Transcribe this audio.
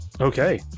Okay